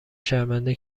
شرمنده